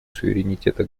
суверенитета